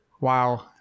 wow